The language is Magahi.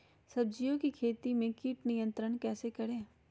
सब्जियों की खेती में कीट नियंत्रण कैसे करें?